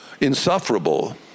insufferable